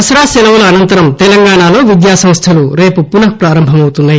దసరా సెలవుల అనంతరం తెలంగాణలో విద్యా సంస్థలు రేపు పునప్రారంభమవుతున్నాయి